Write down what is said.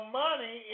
money